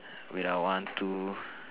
wait ah one two